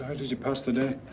ah did you pass the day.